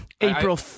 April